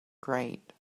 great